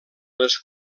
les